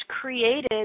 created